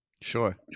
Sure